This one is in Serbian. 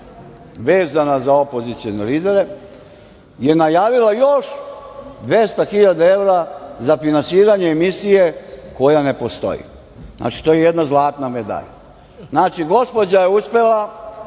vezana za opozicione lidere je najavila još 200 hiljada evra za finansiranje emisije koja ne postoji. Znači, to je jedna zlatna medalja. Znači, gospođa je uspela